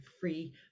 free